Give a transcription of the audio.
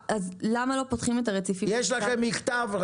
יש לכם מכתב.